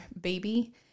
baby